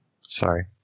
Sorry